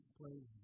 plays